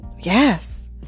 Yes